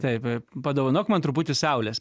taip padovanok man truputį saulės